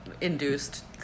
induced